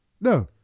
no